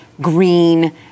green